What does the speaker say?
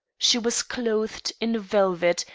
she was clothed in velvet,